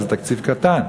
אז זה תקציב קטן.